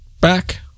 back